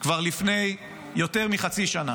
כבר לפני יותר מחצי שנה.